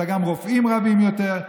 אלא גם רופאים רבים יותר,